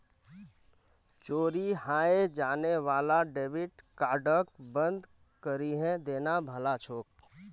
चोरी हाएं जाने वाला डेबिट कार्डक बंद करिहें देना भला छोक